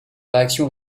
réaction